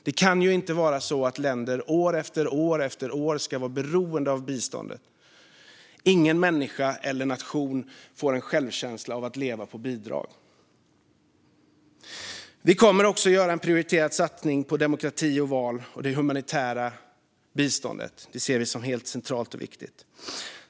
Det kan inte vara så att länder år efter år ska vara beroende av biståndet. Ingen människa eller nation får en självkänsla av att leva på bidrag. Vi kommer också att göra en prioriterad satsning på demokrati, val och det humanitära biståndet. Det ser vi som helt centralt och viktigt.